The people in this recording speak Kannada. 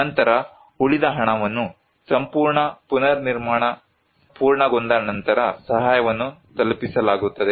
ನಂತರ ಉಳಿದ ಹಣವನ್ನು ಸಂಪೂರ್ಣ ಪುನರ್ನಿರ್ಮಾಣ ಪೂರ್ಣಗೊಂಡ ನಂತರ ಸಹಾಯವನ್ನು ತಲುಪಿಸಲಾಗುತ್ತದೆ